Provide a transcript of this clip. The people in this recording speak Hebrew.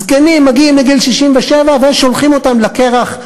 זקנים מגיעים לגיל 67 ושולחים אותם לקרח,